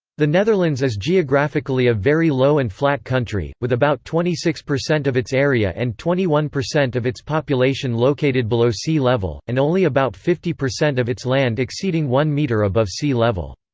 the netherlands is geographically a very low and flat country, with about twenty six percent of its area and twenty one percent of its population located below sea level, and only about fifty percent of its land exceeding one metre above sea level.